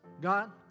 God